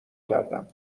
کردم